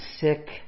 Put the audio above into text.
sick